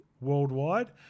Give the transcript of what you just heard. worldwide